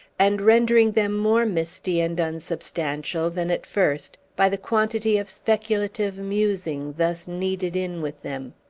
and rendering them more misty and unsubstantial than at first by the quantity of speculative musing thus kneaded in with them.